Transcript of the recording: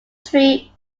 tree